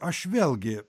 aš vėlgi